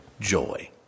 joy